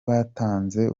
batanze